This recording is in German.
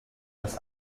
das